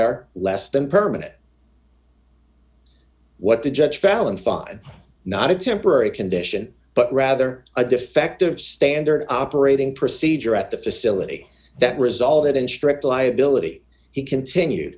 are less than per minute what the judge fallon fied not a temporary condition but rather a defective standard operating procedure at the facility that resulted in strict liability he continued